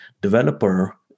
developer